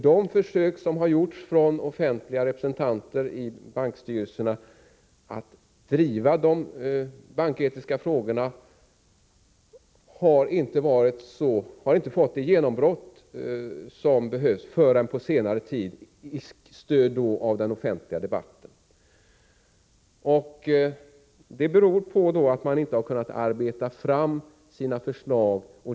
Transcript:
De försök som har gjorts från offentliga representanter i bankstyrelserna att driva de banketiska frågorna har inte lett till det genombrott som behövs förrän på senare tid till följd av den offentliga debatten. Det beror på att man tidigare inte har kunnat presentera genomarbetade förslag.